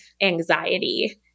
anxiety